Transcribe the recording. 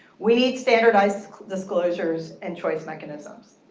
we need standardized disclosures and choice mechanisms.